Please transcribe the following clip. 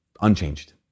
unchanged